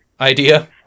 idea